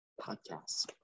Podcast